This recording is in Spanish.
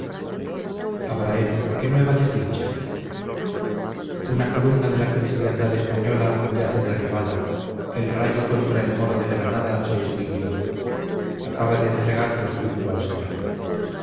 calatrava abrahem qué nueva desdicha una columna de la cristiandad española yace derribada el rayo contra el moro de granada se extinguió acaba de entregar su espíritu al señor